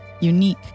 unique